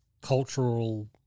cultural